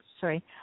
Sorry